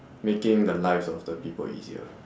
making the lives of the people easier